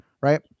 right